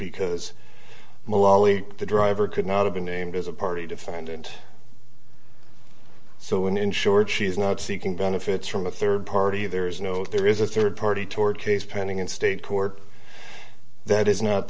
because the driver could not have been named as a party defendant so in short she's not seeking benefits from a third party there is no there is a third party toward case pending in state court that is not